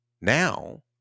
now